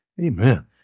Amen